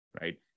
right